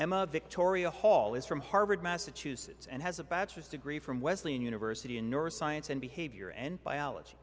emma victoria hall is from harvard massachusetts and has a bachelor's degree from wesleyan university in north science and behavior and biology